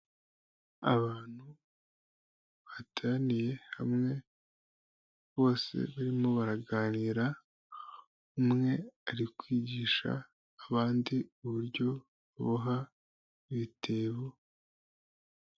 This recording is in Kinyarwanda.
Abantu bateraniye hamwe bose barimo baraganira, umwe ari kwigisha abandi uburyo baboha ibitebo.